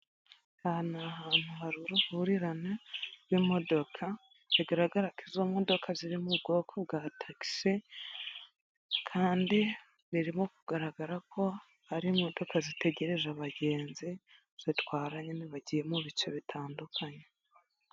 Aha ni ahantu hari uruhurirane rw'imodoka, bigaragara ko izo modoka ziri mu bwoko bwa takisi kandi birimo kugaragara ko ari imodoka zitegereje abagenzi zitwara nyine bagiye mu bice bitandukanye.